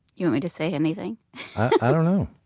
you want me to say anything i don't know,